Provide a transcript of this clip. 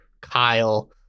Kyle